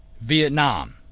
Vietnam